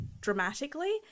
dramatically